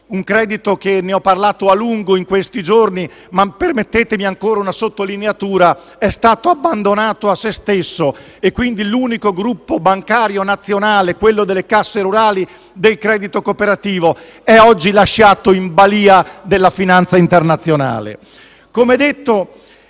cooperativo. Ne ho parlato a lungo in questi giorni, ma permettetemi ancora una sottolineatura: è stato abbandonato a se stesso e, quindi, l'unico gruppo bancario nazionale, quello delle banche del Credito Cooperativo e Casse Rurali, è oggi lasciato in balia della finanza internazionale.